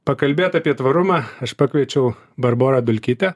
pakalbėt apie tvarumą aš pakviečiau barborą dulkytę